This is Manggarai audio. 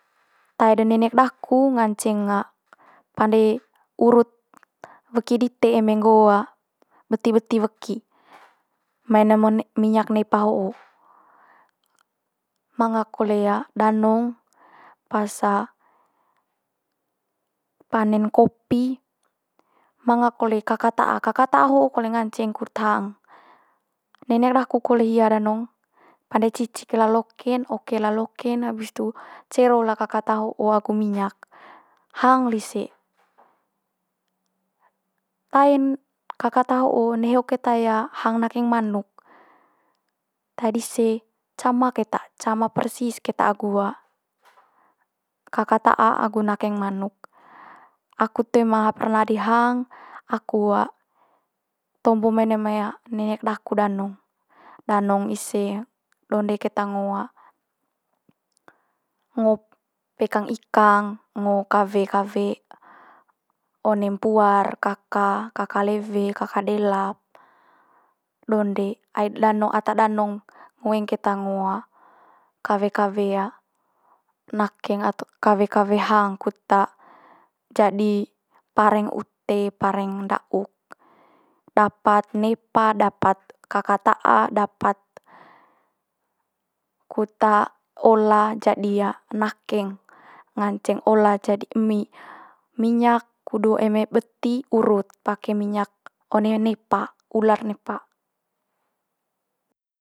tae de nenek daku nganceng pande urut weki dite eme nggo beti beti weki mai ne- one mai minyak nepa ho'o. Manga kole danong, pas panen kopi manga kole kaka ta'a, kaka ta'a ho'o kole nganceng kudut hang. Nenek daku kole hia danong pande cicik liha loke'n oke liha loke'n, abis tu cero liha kaka ta'a ho'o agu minyak hang lise. Tae'n kaka ta'a ho'o neho keta hang nakeng manuk, tae dise cama keta, cama persis keta agu kaka ta'a agu nakeng manuk. Aku toe manga perna di hang, aku tombo mai one mai nenek daku danong, danong ise donde keta ngo pekang ikang, ngo kawe kawe one puar kaka, kaka lewe, kaka delap, donde. Ai danong ata danong ngoeng keta ngo kawe kawe nakeng ata kawe kawe hang kut jadi pareng ute, pareng nda'uk dapat nepa dapat kaka ta'a dapat kut olah jadi nakeng. Nganceng olah jadi emi minyak kudu eme beti urut pake minyak one nepa, ular nepa.